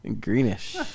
Greenish